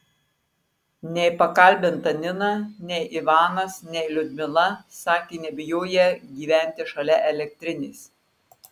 nei pakalbinta nina nei ivanas nei liudmila sakė nebijoję gyventi šalia elektrinės